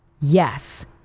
Yes